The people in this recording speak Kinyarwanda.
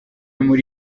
muri